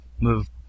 move